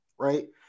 right